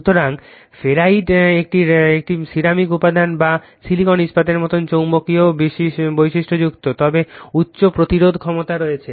সুতরাং ফেরাইট একটি সিরামিক উপাদান যা সিলিকন ইস্পাতের মতো চৌম্বকীয় বৈশিষ্ট্যযুক্ত তবে উচ্চ প্রতিরোধ ক্ষমতা রয়েছে